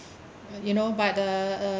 you know but uh uh